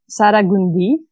Saragundi